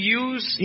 use